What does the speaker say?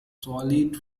solid